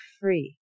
free